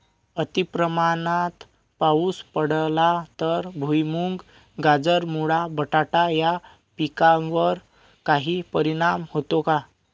अतिप्रमाणात पाऊस पडला तर भुईमूग, गाजर, मुळा, बटाटा या पिकांवर काही परिणाम होतो का?